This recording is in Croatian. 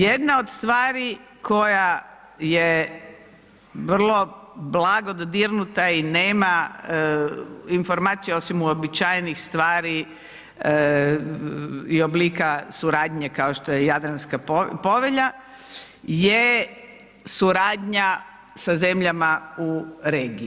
Jedna od stvari koja je vrlo blago dodirnuta i nema informaciju osim uobičajenih stvari i oblika suradnje kao što je Jadranska povelja je suradnja sa zemljama u regiji.